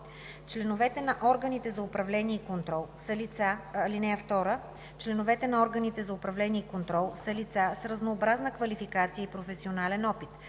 Членовете на органите за управление и контрол са лица с разнообразна квалификация и професионален опит,